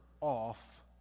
off